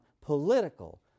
political